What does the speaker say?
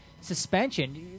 Suspension